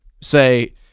say